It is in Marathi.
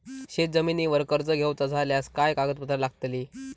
शेत जमिनीवर कर्ज घेऊचा झाल्यास काय कागदपत्र लागतली?